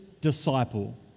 disciple